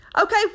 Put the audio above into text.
Okay